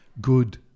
good